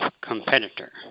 competitor